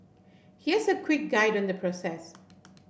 here's a quick guide on the process